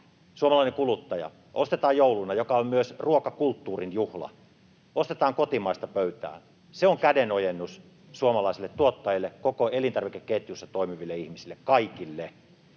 suomalaisista kuluttajista ostaisi jouluna, joka on myös ruokakulttuurin juhla, kotimaista pöytään. Se on kädenojennus suomalaisille tuottajille, koko elintarvikeketjussa toimiville ihmisille, kaikille.